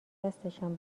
دستشان